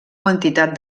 quantitat